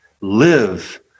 Live